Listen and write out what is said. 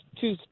two